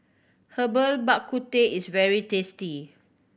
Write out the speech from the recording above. Herbal Bak Ku Teh is very tasty